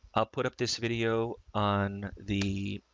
i'll put up this video on the